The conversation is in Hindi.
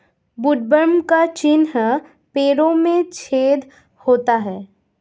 वुडवर्म का चिन्ह पेड़ों में छेद होता है